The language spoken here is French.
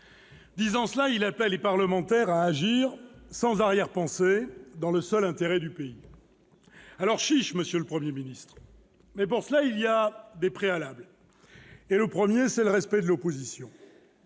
Disant cela, il appelait les parlementaires à agir, sans arrière-pensée, dans le seul intérêt du pays. Alors chiche, monsieur le Premier ministre ! Mais pour cela, il y a des préalables. Le premier, c'est le respect de l'opposition.